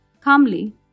calmly